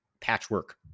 patchwork